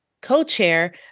co-chair